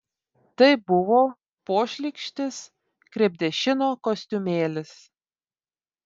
tai buvo pošlykštis krepdešino kostiumėlis